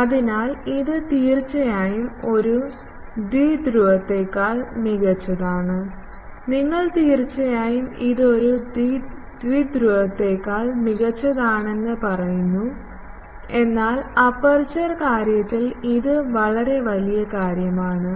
അതിനാൽ ഇത് തീർച്ചയായും ഒരു ദ്വിധ്രുവത്തേക്കാൾ മികച്ചതാണ് നിങ്ങൾ തീർച്ചയായും ഇത് ഒരു ദ്വിധ്രുവത്തേക്കാൾ മികച്ചതാണെന്ന് പറയുന്നു എന്നാൽ അപ്പർച്ചർ കാര്യത്തിൽ ഇത് വളരെ വലിയ കാര്യമാണ്